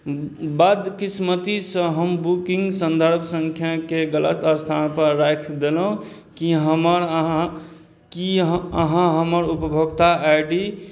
बदकिस्मतीसे हम हमर सन्दर्भ सँख्याके गलत अस्थानपर राखि देलहुँ कि हमर अहाँ कि अहाँ हमर उपभोक्ता आइ डी